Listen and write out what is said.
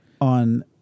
on